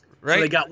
Right